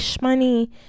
money